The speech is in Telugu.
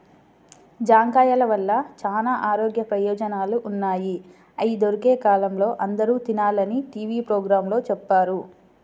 జాంకాయల వల్ల చానా ఆరోగ్య ప్రయోజనాలు ఉన్నయ్, అయ్యి దొరికే కాలంలో అందరూ తినాలని టీవీ పోగ్రాంలో చెప్పారు